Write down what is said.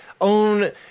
own